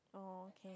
oh okay